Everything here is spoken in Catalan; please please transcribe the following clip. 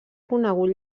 conegut